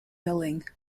milling